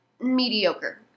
mediocre